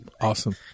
Awesome